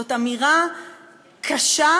זאת אמירה קשה,